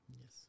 Yes